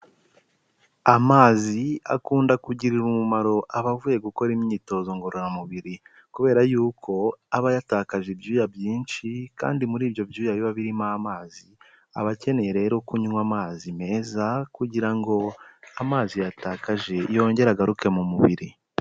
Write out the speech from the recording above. Amazi akunda kugirira umumaro abavuye gukora imyitozo ngororamubiri, kubera yuko aba yatakaje ibyuya byinshi kandi muri ibyo byuya biba birimo amazi, aba akeneye rero kunywa amazi meza kugira ngo amazi yatakaje yongere agaruke mu mubiri.